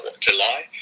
July